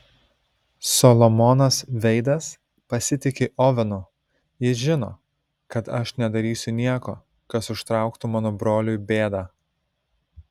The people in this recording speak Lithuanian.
solomonas veidas pasitiki ovenu jis žino kad aš nedarysiu nieko kas užtrauktų mano broliui bėdą